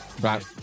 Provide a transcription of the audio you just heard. Right